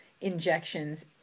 injections